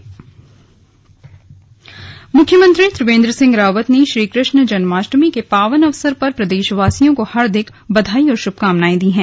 slug CM शुभकामनाएं मुख्यमंत्री त्रिवेन्द्र सिंह रावत ने श्रीकृष्ण जन्माष्टमी के पावन अवसर पर प्रदेशवासियों को हार्दिक बधाई एवं श्भकामनाएँ दी हैं